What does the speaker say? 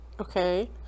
Okay